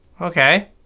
Okay